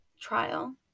trial